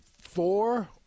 four –